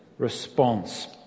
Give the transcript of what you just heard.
Response